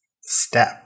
step